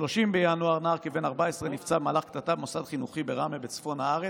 ב-30 בינואר נער כבן 14 נפצע במהלך קטטה במוסד חינוכי בראמה בצפון הארץ.